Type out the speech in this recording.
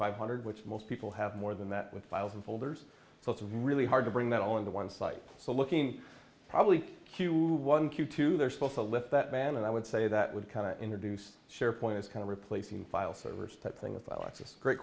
five hundred which most people have more than that with files and folders so it's really hard to bring that all into one site so looking probably q one q two they're supposed to lift that ban and i would say that would kind of introduce share point is kind of replacing file servers type thing with alex's great